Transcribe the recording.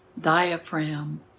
Diaphragm